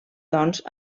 doncs